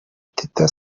teta